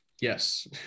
Yes